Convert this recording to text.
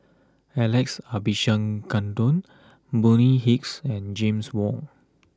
Alex Abisheganaden Bonny Hicks and James Wong